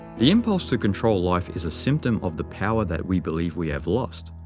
the impulse to control life is a symptom of the power that we believe we have lost.